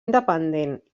independent